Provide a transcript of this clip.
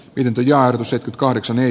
pitempi ja usa kahdeksan ei